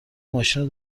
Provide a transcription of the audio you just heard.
ماشینو